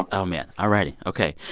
oh, man. all righty. ok.